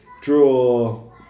draw